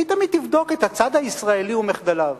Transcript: היא תמיד תבדוק את הצד הישראלי ומחדליו.